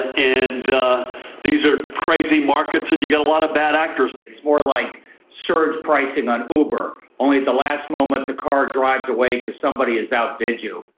and these are crazy markets, and you get a lot of bad actors. it's more like surge pricing on uber, only at the last moment, the car drives away because somebody has outbid you.